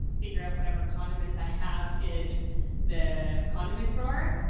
figure out whatever condiments i have in the condiment drawer,